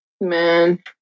Man